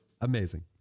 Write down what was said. Amazing